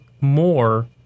more